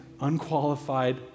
unqualified